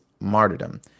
martyrdom